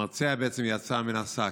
המרצע בעצם יצא מן השק.